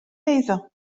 eiddo